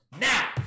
now